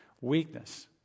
weakness